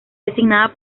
designada